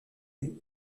les